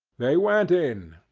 they went in.